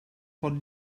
vor